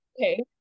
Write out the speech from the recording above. okay